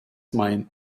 mine